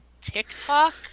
TikTok